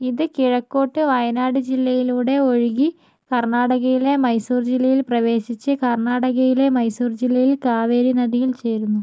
ഇത് കിഴക്കോട്ട് വയനാട് ജില്ലയിലൂടെ ഒഴുകി കർണാടകയിലെ മൈസൂർ ജില്ലയിൽ പ്രവേശിച്ച് കർണാടകയിലെ മൈസൂർ ജില്ലയിൽ കാവേരി നദിയിൽ ചേരുന്നു